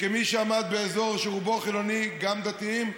כמי שעמד באזור שרובו חילוני, גם דתיים,